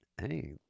hey